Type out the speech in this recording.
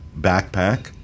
backpack